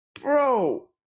bro